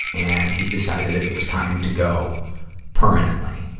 and he decided that it was time to go permanently.